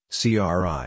CRI